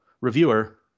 reviewer